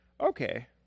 Okay